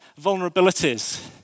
vulnerabilities